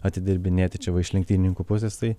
atidirbinėti čia va iš lenktynininkų pusės tai